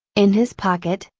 in his pocket,